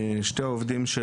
שני העובדים,